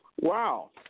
Wow